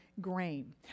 grain